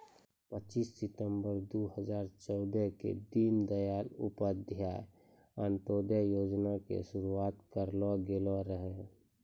पच्चीस सितंबर दू हजार चौदह के दीन दयाल उपाध्याय अंत्योदय योजना के शुरुआत करलो गेलो रहै